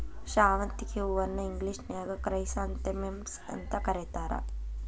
ಶಾವಂತಿಗಿ ಹೂವನ್ನ ಇಂಗ್ಲೇಷನ್ಯಾಗ ಕ್ರೈಸಾಂಥೆಮಮ್ಸ್ ಅಂತ ಕರೇತಾರ